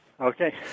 Okay